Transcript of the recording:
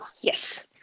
Yes